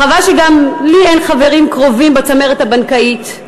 חבל שגם לי אין חברים קרובים בצמרת הבנקאית.